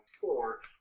Four